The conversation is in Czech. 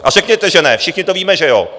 A řekněte, že ne všichni to víme, že jo.